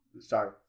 sorry